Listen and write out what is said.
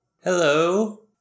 Hello